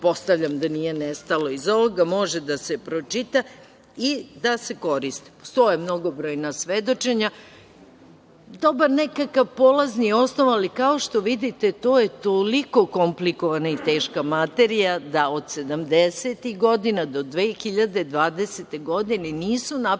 da nije nestalo. Iz ovoga može da se pročita i da se koristi. Postoje mnogobrojna svedočenja. Dobar nekakav polazni osnov, ali, kao što vidite, to je toliko komplikovana i teška materija da od sedamdesetih godina do 2020. godine nisu napravljeni